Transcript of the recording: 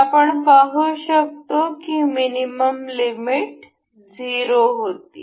तर आपण पाहु शकतो की मिनिमम लिमिट्स 0 होती